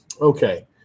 Okay